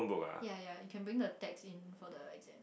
ya ya you can bring the text in for the exam